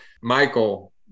Michael